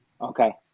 Okay